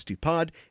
Pod